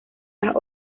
las